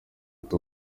ati